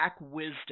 wisdom